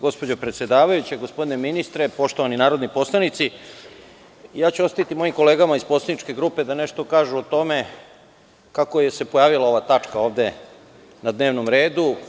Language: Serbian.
Gospođo predsedavajuća, gospodine ministre, poštovani narodni poslanici, ostaviću mojih kolegama iz poslaničke grupe da nešto kažu o tome kako se pojavila ova tačka ovde na dnevnom redu.